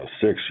six